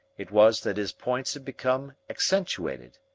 it was that his points had become accentuated.